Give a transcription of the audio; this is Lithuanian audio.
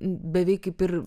beveik kaip ir